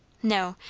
no,